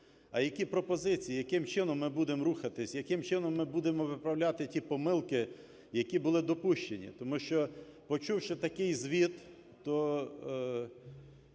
а які пропозиції, яким чином ми будемо рухатись, яким чином ми будемо виправляти ті помилки, які були допущені. Тому що, почувши такий звіт,